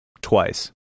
twice